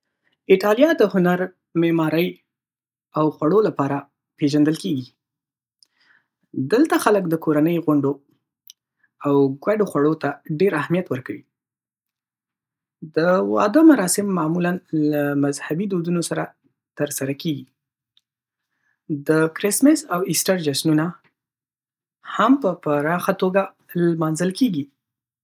ایټالیا د هنر، معمارۍ، او خوړو لپاره پېژندل کېږي. دلته خلک د کورنۍ غونډو او ګډو خوړو ته ډېر اهمیت ورکوي. د واده مراسم معمولا له مذهبي دودونو سره ترسره کېږي. د کرسمس او ایسټر جشنونه هم په پراخه توګه لمانځل کېږي.